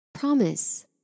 Promise